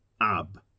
Ab